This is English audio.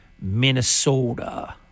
Minnesota